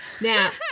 Now